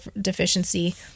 deficiency